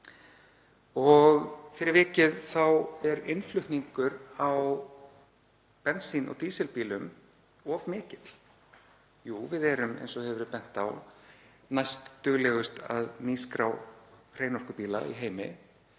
Fyrir vikið er innflutningur á bensín- og dísilbílum of mikill. Jú, við erum, eins og hefur verið bent á, næstduglegust að nýskrá hreinorkubíla í heimi